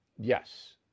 Yes